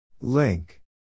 Link